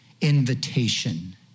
invitation